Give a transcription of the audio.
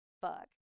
fuck